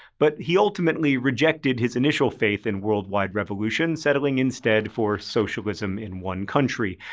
but he ultimately rejected his initial faith in worldwide revolution, settling instead for socialism in one country.